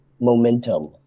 momentum